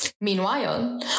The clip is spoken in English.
Meanwhile